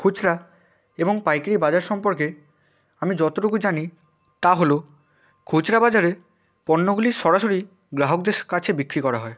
খুচরা এবং পাইকারি বাজার সম্পর্কে আমি যতটুকু জানি তা হল খুচরা বাজারে পণ্যগুলি সরাসরি গ্রাহকদের কাছে বিক্রি করা হয়